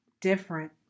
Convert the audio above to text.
different